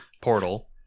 Portal